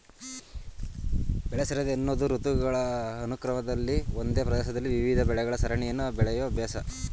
ಬೆಳೆಸರದಿ ಅನ್ನೋದು ಋತುಗಳ ಅನುಕ್ರಮದಲ್ಲಿ ಒಂದೇ ಪ್ರದೇಶದಲ್ಲಿ ವಿವಿಧ ಬೆಳೆಗಳ ಸರಣಿಯನ್ನು ಬೆಳೆಯೋ ಅಭ್ಯಾಸ